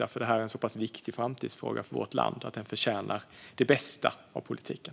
Det här är en så viktig framtidsfråga för vårt land att den förtjänar det bästa av politiken.